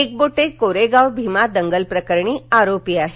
एकबोटे कोरेगाव भीमा दंगल प्रकरणी आरोपी आहेत